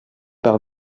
par